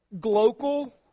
global